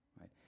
right